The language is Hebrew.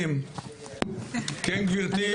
חברים, כן גברתי תשלמי בבקשה.